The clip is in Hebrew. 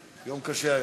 יום קשה היום.